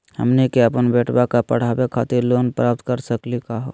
हमनी के अपन बेटवा क पढावे खातिर लोन प्राप्त कर सकली का हो?